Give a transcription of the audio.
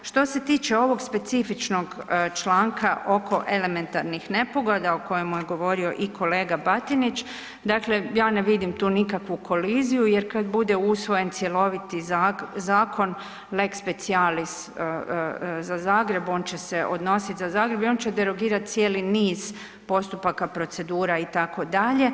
Što se tiče ovog specifičnog članka oko elementarnih nepogoda o kojemu je govorio i kolega Batinić, dakle ja ne vidim tu nikakvu koliziju jer kada bude usvojen cjeloviti zakon, lex specialis za Zagreb, on će se odnositi za Zagreb i on će derogirati cijeli niz postupaka, procedura, itd.